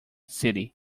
city